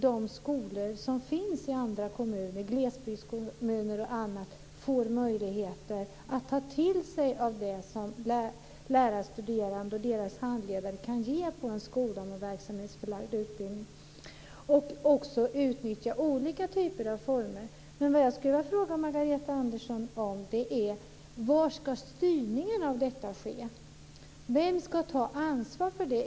De skolor som finns i t.ex. glesbygdskommuner får då möjlighet att ta till sig det som lärarstuderande och deras handledare kan ge. Då kan man utnyttja olika former. Men jag skulle vilja fråga Margareta Andersson var styrningen ska ske. Vem ska ta ansvar?